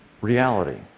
reality